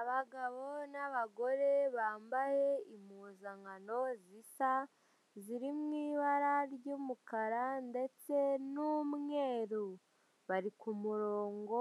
Abagabo n'abagore bambaye impuzankano zisa ziri mu ibara ry'umukara ndetse n'umweru bari ku murongo